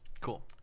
Cool